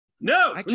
No